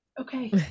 okay